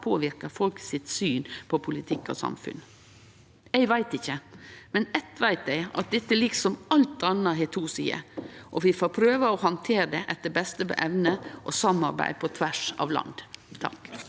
påverkar folk sitt syn på politikk og samfunn? Eg veit ikkje, men eitt veit eg: at dette, som alt anna, har to sider. Vi får prøve å handtere det etter beste evne og samarbeide på tvers av land. Ni